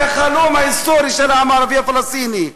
מהחלום ההיסטורי של העם הערבי הפלסטיני.